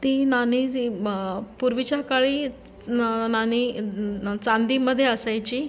ती नाणी जी म् पूर्वीच्या काळी न् नाणी न् चांदीमध्ये असायची